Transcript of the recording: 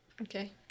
Okay